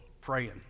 praying